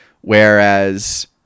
whereas